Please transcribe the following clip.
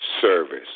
service